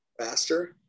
faster